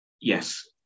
yes